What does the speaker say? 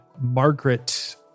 Margaret